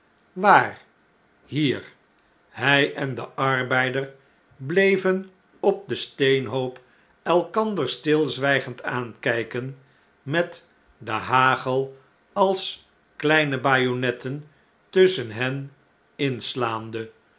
waar hier hjj en de arbeider bleven op den steenhoop elkander stilzwijgend aankjjken met den hagel als kleine bajonetten tusschen hen inslaande